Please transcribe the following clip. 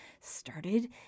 started